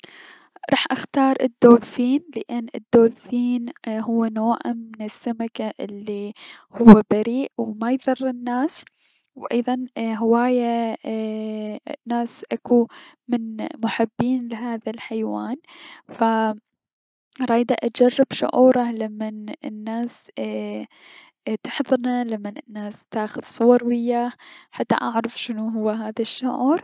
راح اختار الدولفين لأن الدولفين هو نوع من السمكة اي- الي هو بريء و ما يضر الناس و ايضا هواية اي- ناس اكو من محبين لهذا الحيوان ف اريد اجرب شعوره لمن الناس تحضنه، لمن تاخذ صور وياه، حتى اعرف شنو هو هذا الشعور.